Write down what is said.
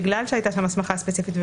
בגלל שהייתה שם הסמכה ספציפית,